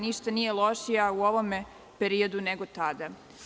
Ništa nije lošije u ovom periodu nego tada.